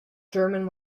german